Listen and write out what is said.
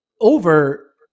over